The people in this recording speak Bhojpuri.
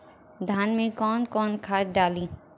धान में कौन कौनखाद डाली?